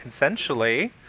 consensually